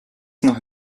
noch